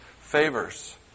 favors